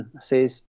says